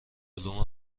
علوم